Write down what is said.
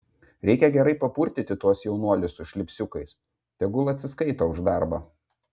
reikia gerai papurtyti tuos jaunuolius su šlipsiukais tegul atsiskaito už darbą